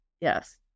Yes